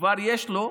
אבחון כבר יש לו,